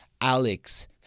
Alex